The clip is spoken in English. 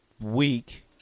week